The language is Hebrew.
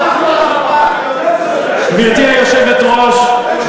גברתי היושבת-ראש,